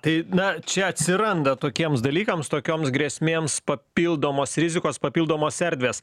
tai na čia atsiranda tokiems dalykams tokioms grėsmėms papildomos rizikos papildomos erdvės